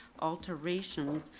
alterations,